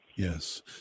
Yes